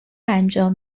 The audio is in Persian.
انجام